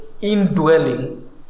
indwelling